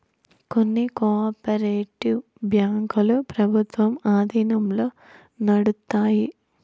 కొన్ని co operative బ్యాంకులు ప్రభుత్వం ఆధీనంలో నడుత్తాయి